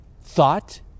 thought